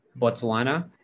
Botswana